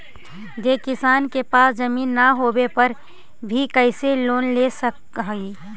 जे किसान के पास जमीन न होवे पर भी कैसे लोन ले सक हइ?